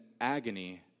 agony